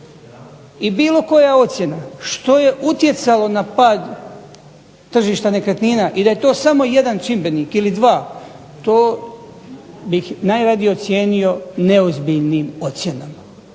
I bilo koja ocjena što je utjecalo na pad tržišta nekretnina i da je to samo jedan čimbenik ili dva to bih najradije ocijenio neozbiljnim ocjenama.